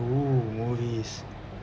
!woo! movies